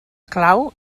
clau